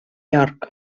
york